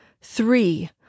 Three